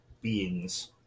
beings